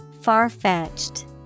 Far-fetched